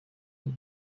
بود